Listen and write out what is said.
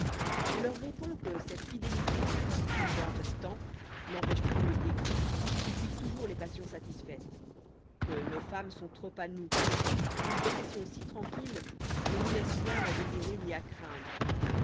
on leur répond que cette fidélité qu'ils vantent tant n'empêche point le dégoût qui suit toujours les passions satisfaites que nos femmes sont trop à nous qu'une possession si tranquille ne nous laisse rien à désirer ni à craindre